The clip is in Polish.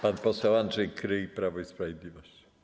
Pan poseł Andrzej Kryj, Prawo i Sprawiedliwość.